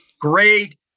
Great